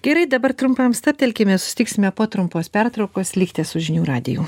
gerai dabar trumpam stabtelkime susitiksime po trumpos pertraukos likti su žinių radiju